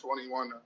21